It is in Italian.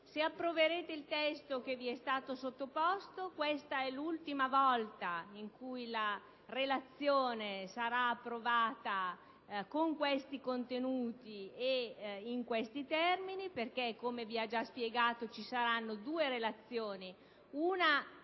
Se approverete il testo che vi è stato sottoposto, questa è l'ultima volta che la Relazione sarà approvata con questi contenuti e in questi termini, perché - come è stato già spiegato - ci saranno due relazioni, una a